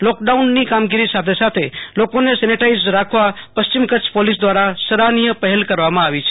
લોકડાઉનની કામગીરી સાથે સાથે લોકોને સેનેટાઈઝ રાખવા પશ્ચિમ કચ્છ પોલીસ દવારા સરાહનીય પહેલ કવામાં આવી છે